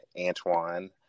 Antoine